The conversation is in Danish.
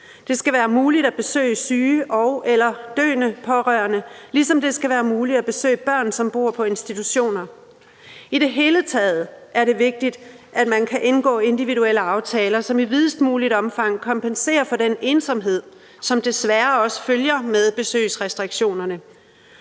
Det skal være muligt at besøge syge og/eller døende pårørende, ligesom det skal være muligt at besøge børn, som bor på institutioner. I det hele taget er det vigtigt, at man kan indgå individuelle aftaler, som i videst muligt omfang kompenserer for den ensomhed, som desværre også følger med besøgsrestriktionerne.